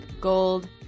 gold